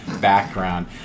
background